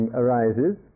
arises